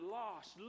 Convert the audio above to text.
lost